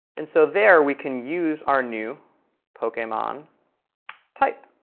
and so there, we can use our new pokemon type.